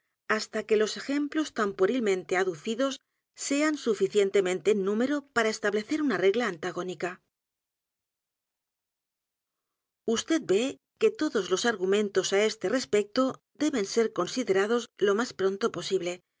hasta que los ejemplos tan puerilmente aducidos sean suficientes en número para establecer una regla antagónica vd ve que todos los argumentos á este respecto deben ser considerados lo más pronto posible